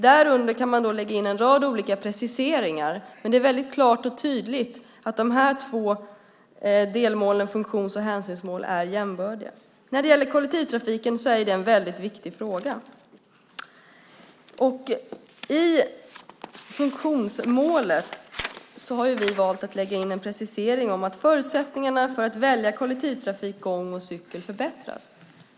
Därunder kan man då lägga in en rad olika preciseringar. Men det är väldigt klart och tydligt att de här två delmålen, funktions och hänsynsmål, är jämbördiga. Kollektivtrafiken är en väldigt viktig fråga. Och i funktionsmålet har vi valt att lägga in en precisering: Förutsättningarna för att välja kollektivtrafik, gång och cykel förbättras.